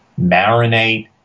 marinate